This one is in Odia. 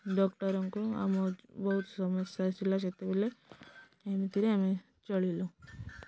ଡକ୍ଟର୍ଙ୍କୁ ଆମ ବହୁତ ସମସ୍ୟା ଥିଲା ସେତେବେଳେ ଏମିତିରେ ଆମେ ଚଳିଲୁ